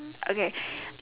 okay